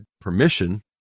permission